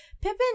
Pippin